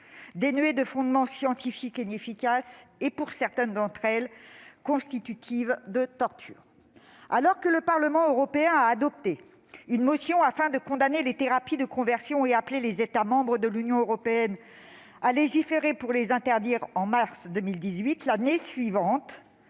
dénuées de fondement scientifique, inefficaces et, pour certaines d'entre elles, constitutives de torture ». Le Parlement européen a adopté une motion afin de condamner les thérapies de conversion et appelé les États membres de l'Union européenne à légiférer pour les interdire en mars 2018. L'année suivante,